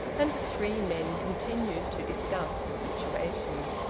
and the three men continued to discuss the situation.